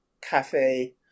cafe